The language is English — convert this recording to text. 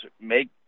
make